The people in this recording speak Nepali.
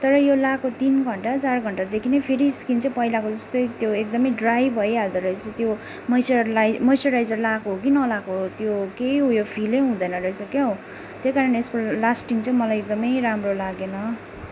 तर यो लाएको तिन घन्टा चार घन्टादेखि नै फेरि स्किन चाहिँ पहिलाको जस्तै त्यो एकदमै ड्राई भइहाल्दो रहेछ त्यो मोइस्चरलाई मोस्चराइजर लगाएको हो कि नलगाएको हो त्यो केही उयो फिलै हुँदैन रहेछ क्या हो त्यही कारण यसको लास्टिङ चाहिँ मलाई एकदमै राम्रो लागेन